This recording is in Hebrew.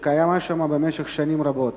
שקיים שם במשך שנים רבות.